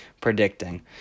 predicting